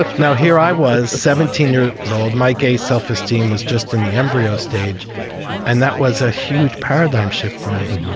ah now, here i was, a seventeen year old my gay self-esteem was just in the embryo stage and that was a huge paradigm shift for me.